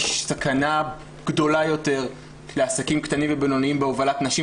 יש סכנה גדולה יותר לעסקים קטנים ובינוניים בהובלת נשים,